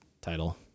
title